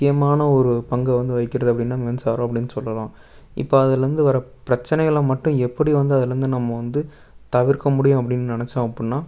முக்கியமான ஒரு பங்கை வந்து வகிக்கிறது அப்படின்னா மின்சாரம் அப்படினு சொல்லலாம் இப்போ அதில் இருந்து வர்ற பிரச்சனைகளை மட்டும் எப்படி வந்து அதில் இருந்து நம்ம வந்து தவிர்க்க முடியும் அப்படின்னு நினச்சோம் அப்பட்னா